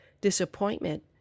disappointment